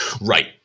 Right